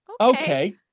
okay